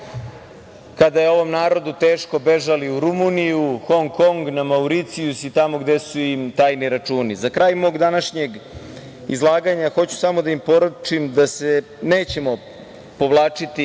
kada je ovom narodu teško, bežali u Rumuniju, Hong Kong, na Mauricijus i tamo gde su im tajni računi.Za kraj mog današnjeg izlaganja hoću samo da im poručim da se nećemo povlačiti